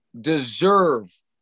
deserve